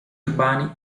urbani